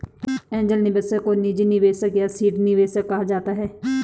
angel निवेशक को निजी निवेशक या सीड निवेशक कहा जाता है